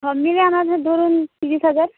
সবমিলিয়ে আমাদের ধরুন ত্রিশ হাজার